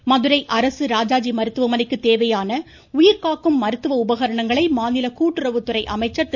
ராஜீ மதுரை அரசு ராஜாஜி மருத்துவமனைக்கு தேவையான உயிர்காக்கும் மருத்துவ உபகரணங்களை மாநில கூட்டுறவுத்துறை அமைச்சர் திரு